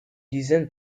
dizaine